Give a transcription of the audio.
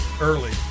early